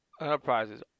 enterprises